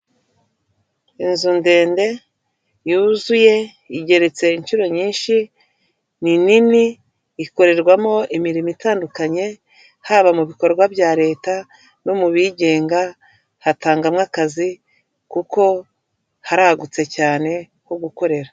Inzu ndende yuzuye, igereretse inshuro nyinshi ni nini, ikorerwamo imirimo itandukanye, haba mu bikorwa bya leta no mu bigenga hatangamo akazi kuko haragutse cyane ho gukorera.